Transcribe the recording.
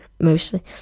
mostly